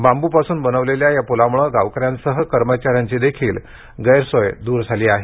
बांबूपासून बनविलेल्या या पुलामुळे गावक यांसह कर्मचा यांचीही गैरसोय दूर झाली आहे